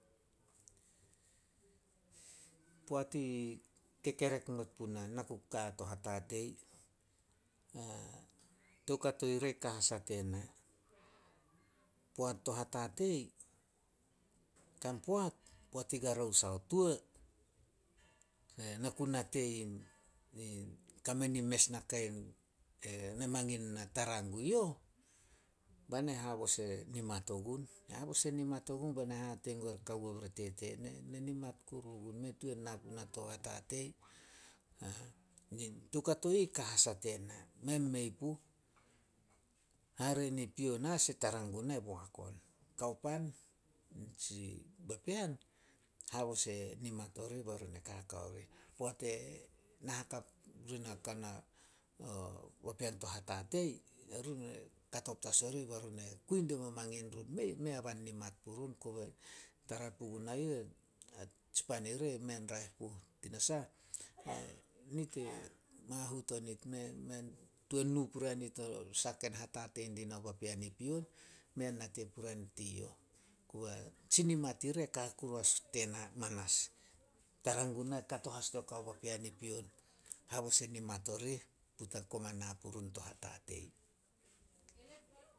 Poat i kekerek not puna, na ku ka a to hatatei. Toukato ire i ka as a tena. Poat to hatatei, kan poat, poat i karous ao tuo, na ku nate in- in kame nin mes nakain ne mangin na tara gue youh, bae na habos e nimat ogun. Na habos e nimat ogun bae na hate gue kawo bere tete, "Ne- ne nimat kuru ogun, mei tuan na puna to hatatei." Toukato ih ka as a tena. Men mei puh. Hare ni pion as, e tara guna boak on. Kao pan, tsi papean, habos e nimat orih bae run kaka orih. Poat e na hakap papean to hatatei, erun kato petas orih bae run e kui domo mangin run. Mei- mei ba nimat purun. Kobe tara pugunai youh, tsipan ire mei an raeh puh. Tinasah, mahut o nit tuan nu puria nit o sah ke hatatei dinao papean i pion, mei an nate puria nit i youh. Koba tsi nimat ire ka kuru as tena manas. Tara guna kato as dio kao papean i pion. Habos e nimat orih put a koma na purun to hatatei.